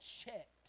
checked